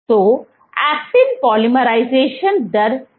तो actin polymerisation दर क्या है